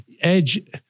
Edge